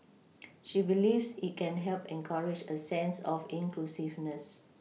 she believes it can help encourage a sense of inclusiveness